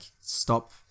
stop